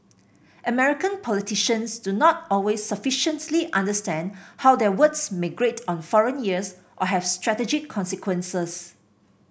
American politicians do not always sufficiently understand how their words may grate on foreign ears or have strategic consequences